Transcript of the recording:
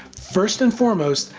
first and foremost,